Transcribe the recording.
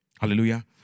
Hallelujah